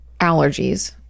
allergies